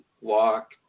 walk